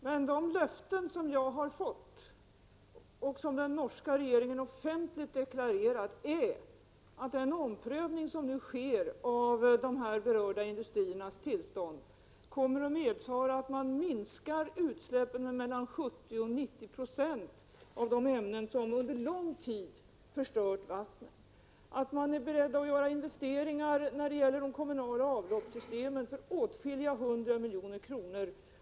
Men de löften som jag har fått, och som den norska regeringen offentligt deklarerat, är att den omprövning som nu sker av de berörda industriernas tillstånd kommer att medföra att man med mellan 70 och 90 96 minskar utsläppen av de ämnen som under lång tid förstört vattnet, och att man är beredd att göra investeringar när det gäller de kommunala avloppssystemen för åtskilliga hundra miljoner kronor.